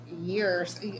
years